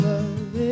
Love